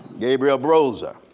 gabriel prosser